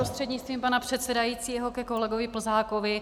Prostřednictvím pana předsedajícího ke kolegovi Plzákovi.